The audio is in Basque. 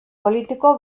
politiko